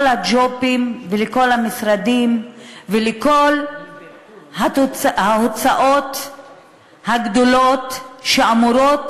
הג'ובים ולכל המשרדים ולכל ההוצאות הגדולות שאמורות